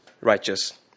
righteous